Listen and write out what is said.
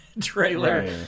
trailer